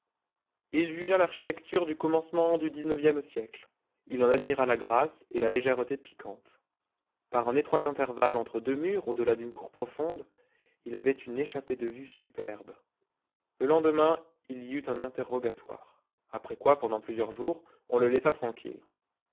il jugea l'architecture du commencement du xixe siècle il en admira la grâce et le légèreté piquante par un étroit intervalle entre deux murs au-delà d'une cour profonde il avait une échappée de vue superbe le lendemain il y eut un interrogatoire après quoi pendant plusieurs jours on le laissa tranquille